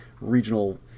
regional